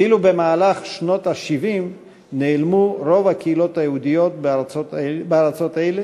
ועד שנות ה-70 של המאה הקודמת נעלמו רוב הקהילות היהודיות בארצות אלה,